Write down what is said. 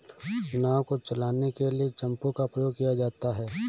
नाव को चलाने के लिए चप्पू का प्रयोग किया जाता है